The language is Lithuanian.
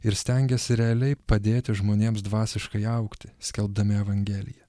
ir stengiasi realiai padėti žmonėms dvasiškai augti skelbdami evangeliją